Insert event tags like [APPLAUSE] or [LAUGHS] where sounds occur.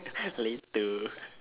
[LAUGHS] later